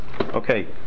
Okay